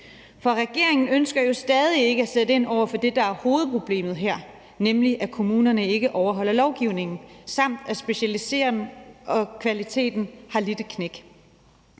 For regeringen ønsker jo stadig ikke at sætte ind over for det, der er hovedproblemet her, nemlig at kommunerne ikke overholder lovgivningen, samt at specialiseringen og kvaliteten har lidt et knæk.